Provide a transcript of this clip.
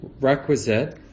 requisite